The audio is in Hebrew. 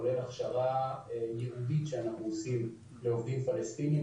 כולל הכשרה ייעודית שאנחנו עושים לעובדים פלסטינים,